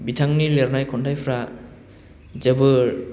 बिथांनि लिरनाय खन्थाइफ्रा जोबोर